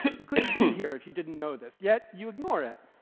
you couldn't be here if you didn't know this, yet you ignore it.